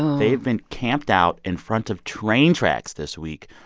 they've been camped out in front of train tracks this week,